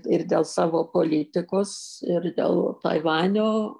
ir dėl savo politikos ir dėl taivanio